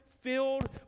filled